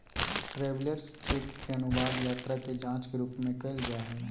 travellers cheque के अनुवाद यात्रा के जांच के रूप में कइल जा हइ